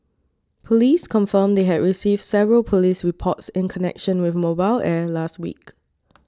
police confirmed they had received several police reports in connection with Mobile Air last week